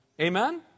Amen